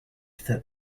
that